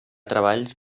treballs